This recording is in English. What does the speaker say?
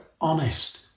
honest